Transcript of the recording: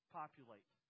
populate